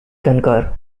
concur